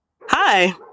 Hi